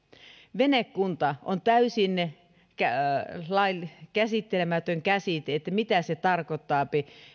venekunta on täysin laissa käsittelemätön käsite se mitä se tarkoittaa